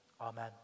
Amen